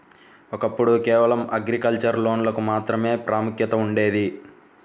ఒకప్పుడు కేవలం అగ్రికల్చర్ లోన్లకు మాత్రమే ప్రాముఖ్యత ఉండేది